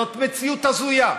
זאת מציאות הזויה.